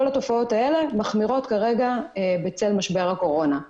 כל התופעות האלה מחמירות כרגע בצל משבר הקורונה.